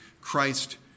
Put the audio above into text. Christ